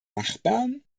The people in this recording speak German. nachbarn